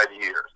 years